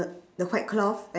the the white cloth